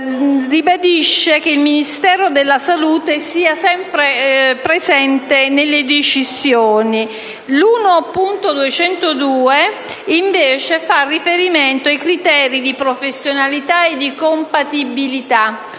il Ministro della salute sia sempre presente nelle decisioni. L'emendamento 1.202 invece fa riferimento ai criteri di professionalità e di compatibilità